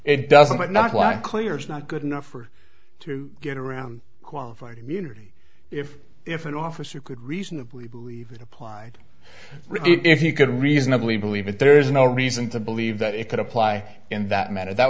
it's not good enough or to get around quite for unity if if an officer could reasonably believe it applied if you could reasonably believe that there is no reason to believe that it could apply in that manner that